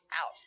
out